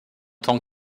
tant